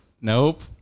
nope